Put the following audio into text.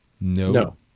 No